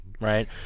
right